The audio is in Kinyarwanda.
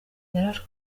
yarashwe